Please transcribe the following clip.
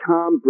Tom